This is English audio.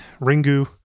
Ringu